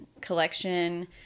collection